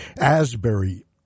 Asbury